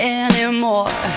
anymore